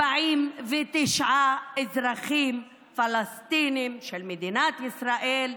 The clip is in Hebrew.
49 אזרחים פלסטינים של מדינת ישראל,